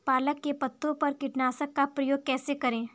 पालक के पत्तों पर कीटनाशक का प्रयोग कैसे करें?